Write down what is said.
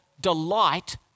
delight